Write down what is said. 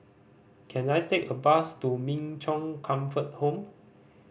can I take a bus to Min Chong Comfort Home